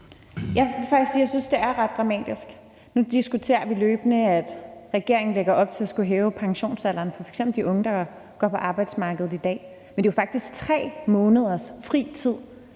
synes, at det er ret dramatisk. Nu diskuterer vi løbende, at regeringen lægger op til at skulle hæve pensionsalderen for f.eks. de unge, der er på arbejdsmarkedet i dag, men det er jo faktisk 3 måneders fri tid,